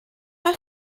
mae